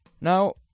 Now